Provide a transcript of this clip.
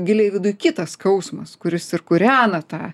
giliai viduj kitas skausmas kuris ir kūrena tą